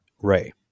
Ray